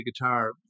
guitar